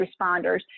responders